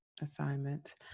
assignment